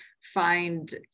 find